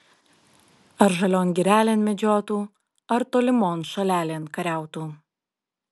ar žalion girelėn medžiotų ar tolimon šalelėn kariautų